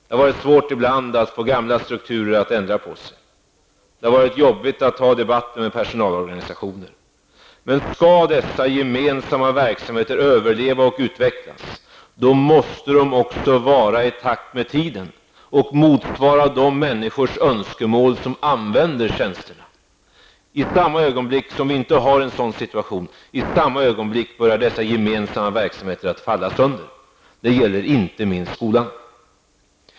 Det har ibland varit svårt att få gamla strukturer att förändras. Det har varit jobbigt att föra debatt med personalorganisationer. Men skall dessa gemensamma verksamheter överleva och utvecklas, måste de också vara i takt med tiden och motsvara de människors önskemål som använder tjänsterna. I samma ögonblick som en sådan situation inte föreligger börjar dessa gemensamma verksamheter att falla sönder. Det gäller inte minst skolan.